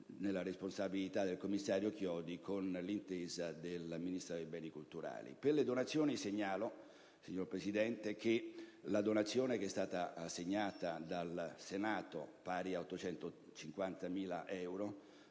nella responsabilità del commissario Chiodi, con l'intesa del Ministero dei beni culturali. Quanto alle donazioni, signora Presidente, la donazione che è stata fatta dal Senato, pari a 850.000 euro,